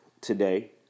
today